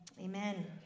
amen